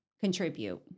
contribute